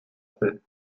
peu